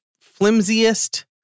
flimsiest